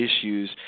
issues